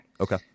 Okay